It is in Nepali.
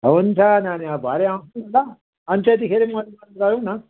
हुन्छ नानी अब भरे आउँछु नि ल अनि त्यतिखेरै मोलभाउ गरौँ न